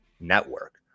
network